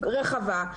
רחבה,